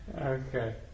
Okay